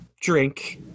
drink